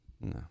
No